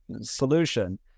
solution